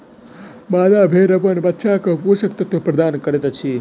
मादा भेड़ अपन बच्चाक पोषक तत्व प्रदान करैत अछि